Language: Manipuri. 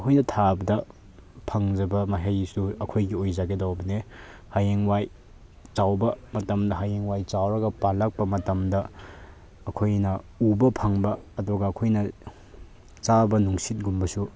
ꯑꯩꯈꯣꯏꯅ ꯊꯥꯕꯗ ꯐꯪꯖꯕ ꯃꯍꯩꯁꯨ ꯑꯩꯈꯣꯏꯒꯤ ꯑꯣꯏꯖꯒꯗꯧꯕꯅꯦ ꯍꯌꯦꯡꯋꯥꯏ ꯆꯥꯎꯕ ꯃꯇꯝꯗ ꯍꯌꯦꯡꯋꯥꯏ ꯆꯥꯎꯔꯒ ꯄꯥꯜꯂꯛꯄ ꯃꯇꯝꯗ ꯑꯩꯈꯣꯏꯅ ꯎꯕ ꯐꯪꯕ ꯑꯗꯨꯒ ꯑꯩꯈꯣꯏꯅ ꯆꯥꯕ ꯅꯨꯡꯁꯤꯠꯀꯨꯝꯕꯁꯨ